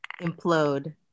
implode